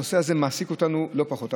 הנושא הזה מעסיק אותנו לא פחות,